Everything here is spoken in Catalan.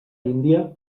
índia